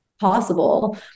possible